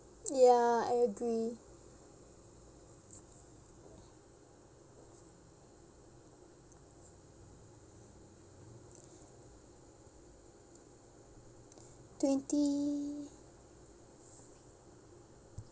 ya I agree twenty